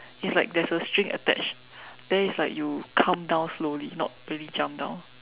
it's like there's a string attached then it's like you come down slowly not really jump down